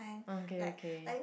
okay okay